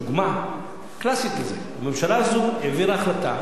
דוגמה קלאסית לזה: הממשלה הזאת העבירה החלטה